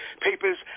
papers